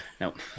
Nope